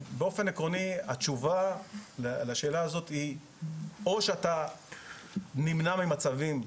באופן עקרוני התשובה לשאלה הזו היא או שאתה נמנע ממצבים,